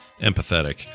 empathetic